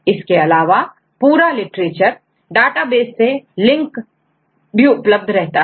इस तरह UniProt protein sequence का एक अनूठा डेटाबेस है जिसमें किसी भी प्रोटीन के संबंध में पूरी जानकारी मिल सकती है